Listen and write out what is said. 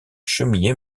chemillé